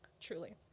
truly